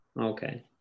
Okay